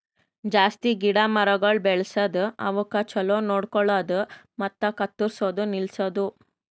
ಜಾಸ್ತಿ ಗಿಡ ಮರಗೊಳ್ ಬೆಳಸದ್, ಅವುಕ್ ಛಲೋ ನೋಡ್ಕೊಳದು ಮತ್ತ ಕತ್ತುರ್ಸದ್ ನಿಲ್ಸದು